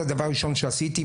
הדבר הראשון שעשיתי,